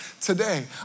today